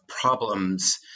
problems